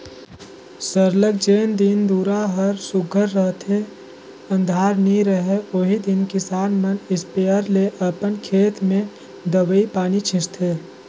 सरलग जेन दिन दुरा हर सुग्घर रहथे अंधार नी रहें ओही दिन किसान मन इस्पेयर ले अपन खेत में दवई पानी छींचथें